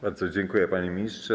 Bardzo dziękuje, panie ministrze.